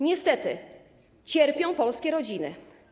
Niestety cierpią polskie rodziny.